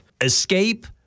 escape